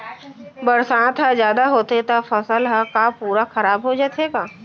बरसात ह जादा होथे त फसल ह का पूरा खराब हो जाथे का?